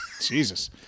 Jesus